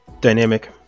Dynamic